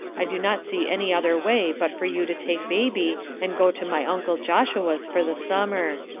i do not see any other way but for you to take baby and go to my uncle joshua's for the summer.